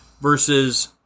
versus